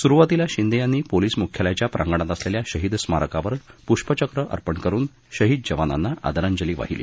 सुरुवातीला शिंदे यांनी पोलिस मुख्यालयाच्या प्रांगणात असलेल्या शहीद स्मारकावर पुष्पचक्र अर्पण करुन शहीद जवांनाना आदरांजली वाहिली